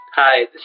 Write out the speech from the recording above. Hi